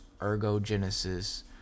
ergogenesis